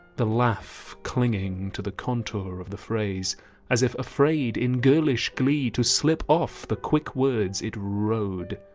the laugh clinging to the contour of the phrase as if afraid in girlish glee to slip off the quick words it rode.